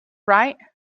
right